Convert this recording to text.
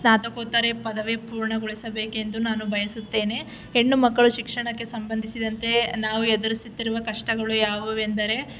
ಸ್ನಾತಕೋತ್ತರ ಪದವಿ ಪೂರ್ಣಗೊಳಿಸಬೇಕೆಂದು ನಾನು ಬಯಸುತ್ತೇನೆ ಹೆಣ್ಣು ಮಕ್ಕಳು ಶಿಕ್ಷಣಕ್ಕೆ ಸಂಬಂಧಿಸಿದಂತೆ ನಾವು ಎದುರಿಸುತ್ತಿರುವ ಕಷ್ಟಗಳು ಯಾವುವೆಂದರೆ